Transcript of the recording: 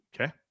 Okay